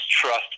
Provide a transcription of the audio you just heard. trust